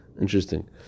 Interesting